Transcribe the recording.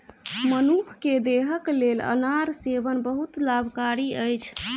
मनुख के देहक लेल अनार सेवन बहुत लाभकारी अछि